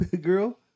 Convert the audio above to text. girl